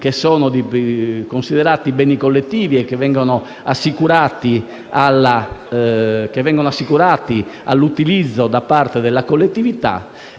che sono considerati beni collettivi e che vengono assicurati all'utilizzo da parte della collettività.